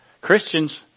Christians